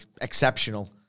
exceptional